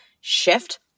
shift